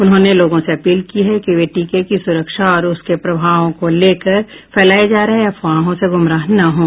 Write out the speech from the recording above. उन्होंने लोगों से अपील की है कि वे टीके की सुरक्षा और उसके प्रभावों के लेकर फैलाये जा रहे अफवाहों से गुमराह न हों